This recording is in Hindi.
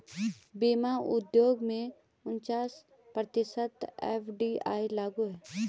बीमा उद्योग में उनचास प्रतिशत एफ.डी.आई लागू है